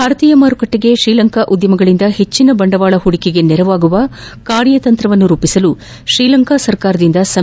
ಭಾರತೀಯ ಮಾರುಕಟ್ಟೆಗೆ ಶ್ರೀಲಂಕಾ ಉದ್ದಮಗಳಿಂದ ಹೆಚ್ಚಿನ ಬಂಡವಾಳ ಹೂಡಿಕೆಗೆ ನೆರವಾಗುವ ಕಾರ್ಯತಂತ್ರ ರೂಪಿಸಲು ಶ್ರೀಲಂಕಾ ಸರ್ಕಾರದಿಂದ ಸಮಿತಿ ರಚನೆ